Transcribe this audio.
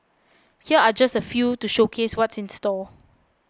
here are just a few to showcase what's in store